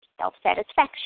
self-satisfaction